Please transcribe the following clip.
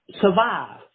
survive